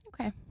okay